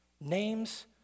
Names